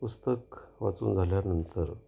पुस्तक वाचून झाल्यानंतर